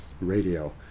Radio